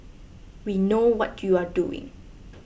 we know what you are doing